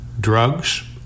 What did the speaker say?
drugs